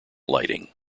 lighting